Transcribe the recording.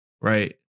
right